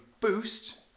boost